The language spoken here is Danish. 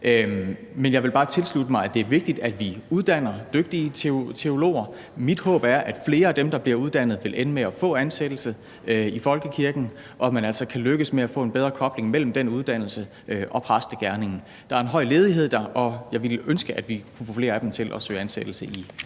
Men jeg vil bare tilslutte mig, at det er vigtigt, at vi uddanner dygtige teologer. Mit håb er, at flere af dem, der bliver uddannet, vil ende med at få ansættelse i folkekirken, og at man altså kan lykkes med at få en bedre kobling mellem den uddannelse og præstegerningen. Der er en høj ledighed der, og jeg ville ønske, at vi kunne få flere af dem til at søge ansættelse i